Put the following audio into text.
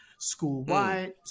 school-wide